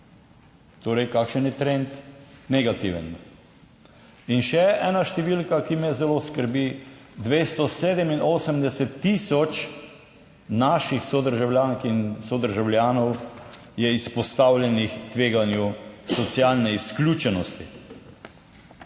Torej, kakšen je trend? Negativen. In še ena številka, ki me zelo skrbi: 287 tisoč naših sodržavljank in sodržavljanov je izpostavljenih tveganju socialne izključenosti.